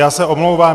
Já se omlouvám.